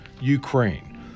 Ukraine